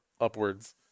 upwards